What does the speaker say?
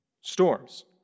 Storms